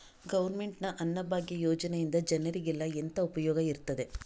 Government ನ ಅನ್ನಭಾಗ್ಯ ಯೋಜನೆಯಿಂದ ಜನರಿಗೆಲ್ಲ ಎಂತ ಉಪಯೋಗ ಇರ್ತದೆ?